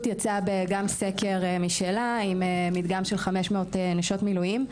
יצאה גם סקר משלה עם מדגם של 500 נשות מילואים.